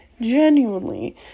Genuinely